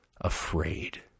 afraid